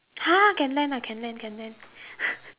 !huh! can lend ah can lend can lend